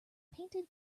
painted